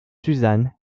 suzanne